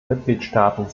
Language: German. mitgliedstaaten